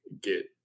get –